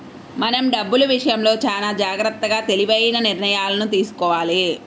మనం డబ్బులు విషయంలో చానా జాగర్తగా తెలివైన నిర్ణయాలను తీసుకోవాలి